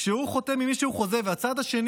כשהוא חותם עם מישהו חוזה והצד השני